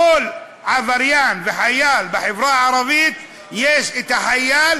לכל עבריין וחייל בחברה הערבית יש חייל